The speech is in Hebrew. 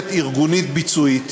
יכולת ארגונית-ביצועית,